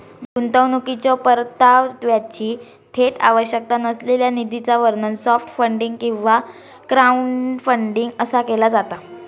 गुंतवणुकीच्यो परताव्याची थेट आवश्यकता नसलेल्या निधीचा वर्णन सॉफ्ट फंडिंग किंवा क्राऊडफंडिंग असा केला जाता